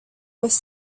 was